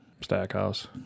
Stackhouse